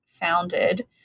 founded